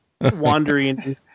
wandering